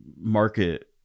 market